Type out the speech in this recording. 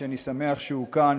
שאני שמח שהוא כאן,